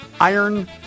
Iron